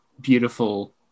beautiful